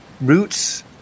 roots